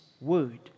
word